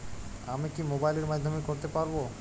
আমি কি মোবাইলের মাধ্যমে করতে পারব?